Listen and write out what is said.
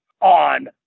on